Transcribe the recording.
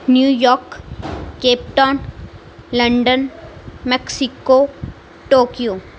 New York Cape Town London Mexico Tokyo